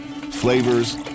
flavors